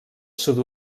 sud